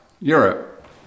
Europe